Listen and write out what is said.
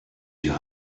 your